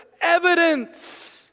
evidence